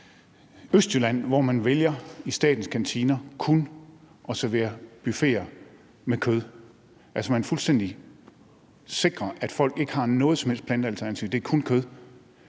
Østjylland, i statens kantiner vælger kun at servere buffeter med kød, altså at man fuldstændig sikrer, at folk ikke har noget som helst plantealternativ, og at det kun er